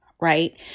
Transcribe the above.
right